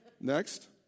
Next